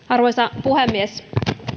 arvoisa puhemies